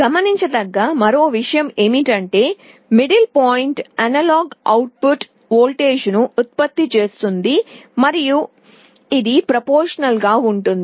గమనించదగ్గ మరో విషయం ఏమిటంటే middle point analog output వోల్టేజ్ను ఉత్పత్తి చేస్తుంది మరియు ఇది ప్రపొర్షనల్ గా ఉంటుంది